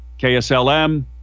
KSLM